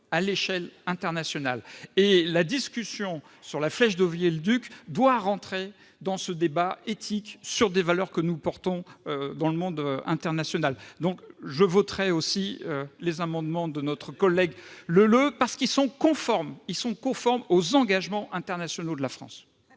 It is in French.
à l'échelle internationale. La discussion sur la flèche de Viollet-le-Duc doit entrer dans ce débat éthique sur des valeurs que nous portons dans le monde. Je voterai moi aussi les amendements de notre collègue Leleux, parce qu'ils sont conformes aux engagements internationaux de la France.